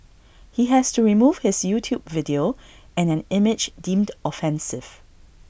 he has to remove his YouTube video and an image deemed offensive